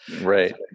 right